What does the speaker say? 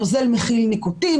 הנוזל מכיל ניקוטין,